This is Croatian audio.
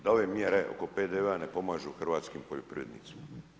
Da ove mjere oko PDV-a ne pomažu hrvatskim poljoprivrednicima.